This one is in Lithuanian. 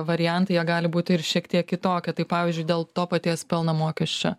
variantai jie gali būti ir šiek tiek kitokie tai pavyzdžiui dėl to paties pelno mokesčio